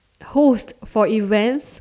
host for events